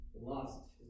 lost